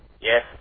Yes